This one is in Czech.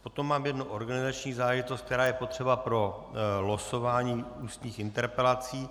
A potom mám jednu organizační záležitost, která je potřeba pro losování ústních interpelací.